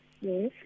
Yes